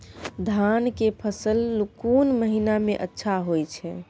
धान के फसल कोन महिना में अच्छा होय छै?